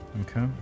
Okay